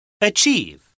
Achieve